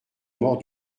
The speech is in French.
mort